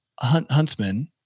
huntsman